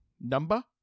Number